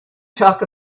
talk